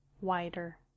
wider